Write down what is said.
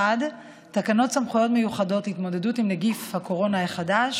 1. תקנות סמכויות מיוחדות להתמודדות עם נגיף הקורונה החדש